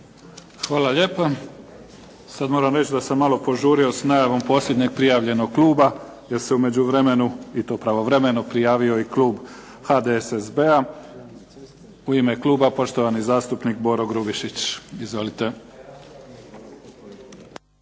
Hvala lijepa. Sada moram reći da sam malo požurio sa najavom posljednjeg prijavljenog kluba, jer se u međuvremenu i to pravovremeno prijavio Klub HDSSB-a. U ime Kluba poštovani zastupnik Boro Grubišić. Izvolite.